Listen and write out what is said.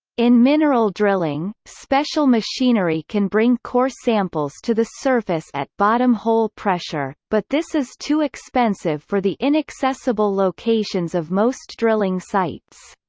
in mineral drilling, special machinery can bring core samples to the surface at bottom-hole pressure, but this is too expensive for the inaccessible locations of most drilling sites.